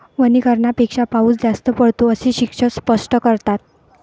वनीकरणापेक्षा पाऊस जास्त पडतो, असे शिक्षक स्पष्ट करतात